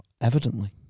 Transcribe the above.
evidently